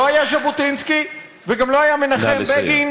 לא היה ז'בוטינסקי וגם לא היה מנחם בגין.